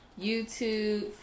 YouTube